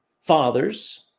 fathers